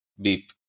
beep